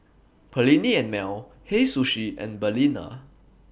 Perllini and Mel Hei Sushi and Balina